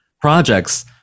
projects